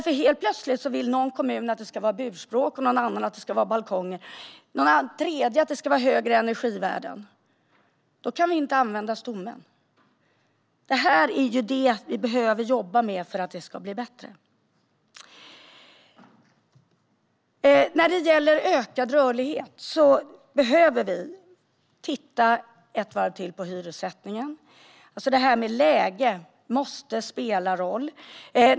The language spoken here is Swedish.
För plötsligt vill en kommun att det ska finnas burspråk, en annan att det ska finnas balkonger och en tredje att energivärdena ska vara högre. Då kan stommen inte användas. Det är detta som vi behöver jobba med för att det ska bli bättre. När det gäller ökad rörlighet behöver vi titta ett varv till på hyressättningen. Läget måste spela roll.